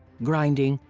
grinding,